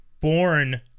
born